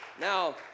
Now